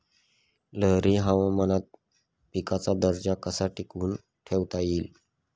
लहरी हवामानात पिकाचा दर्जा कसा टिकवून ठेवता येईल?